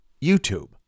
YouTube